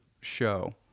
show